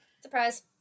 surprise